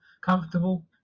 comfortable